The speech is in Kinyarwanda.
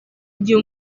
igihe